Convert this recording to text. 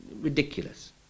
ridiculous